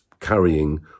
carrying